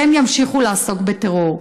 והם ימשיכו לעסוק בטרור.